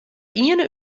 iene